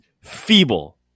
feeble